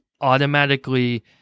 automatically